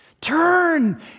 Turn